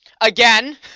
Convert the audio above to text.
Again